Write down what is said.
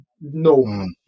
No